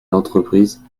l’entreprise